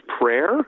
prayer